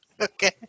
Okay